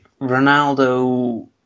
ronaldo